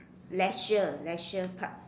leisure leisure park